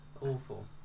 Awful